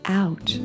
out